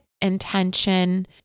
intention